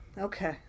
okay